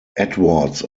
edwards